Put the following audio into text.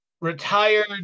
retired